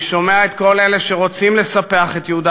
אני שומע את כל אלה שרוצים לספח את יהודה